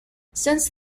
since